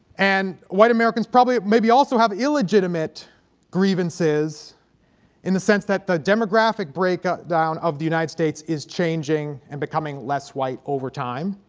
and white americans probably maybe also have illegitimate grievances in the sense that the demographic breakdown of the united states is changing and becoming less white over time